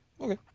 okay